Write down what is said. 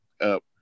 up